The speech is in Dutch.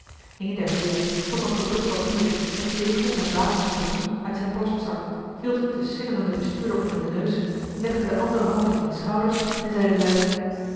een der heeren trok een gedrukt papier met zegel en wapen voorzien uit zijn borstzak hield het den sidderenden bestuurder onder den neus legde de andere hand op diens schouders en zeide luid